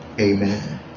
Amen